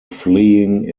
fleeing